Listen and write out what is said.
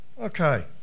okay